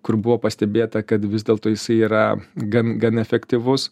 kur buvo pastebėta kad vis dėlto jisai yra gan gan efektyvus